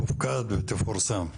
תופקד ותפורסם.